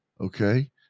okay